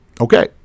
Okay